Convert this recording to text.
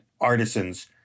artisans